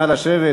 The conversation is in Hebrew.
נא לשבת,